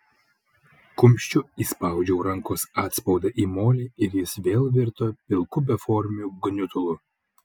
kumščiu įspaudžiau rankos atspaudą į molį ir jis vėl virto pilku beformiu gniutulu